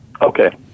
Okay